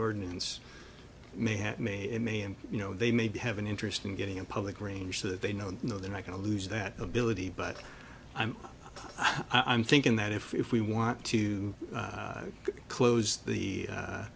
ordinance may have made in may and you know they maybe have an interest in getting a public range so that they know they're not going to lose that ability but i'm i'm thinking that if we if we want to close the